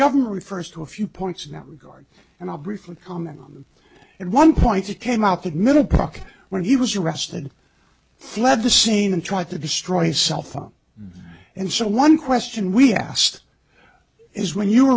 government refers to a few points in that regard and i'll briefly comment on it one point it came out that middlebrook when he was arrested fled the scene and tried to destroy cell phone and so one question we asked it is when you